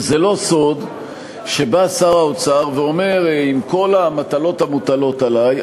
זה לא סוד שבא שר האוצר ואומר: עם כל המטלות המוטלות עלי,